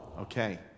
Okay